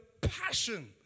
passion